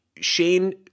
Shane